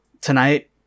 Tonight